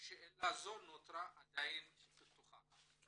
שאלה זו נותרה עדיין פתוחה.